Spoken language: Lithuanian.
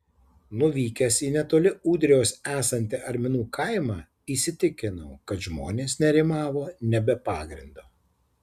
nuvykęs į netoli ūdrijos esantį arminų kaimą įsitikinau kad žmonės nerimavo ne be pagrindo